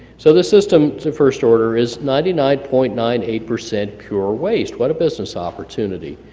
so the system the first order is ninety nine point nine eight percent pure waste. what a business opportunity.